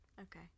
Okay